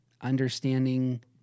understanding